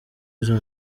izo